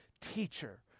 teacher